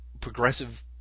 progressive